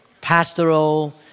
pastoral